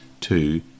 two